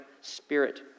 spirit